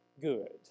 good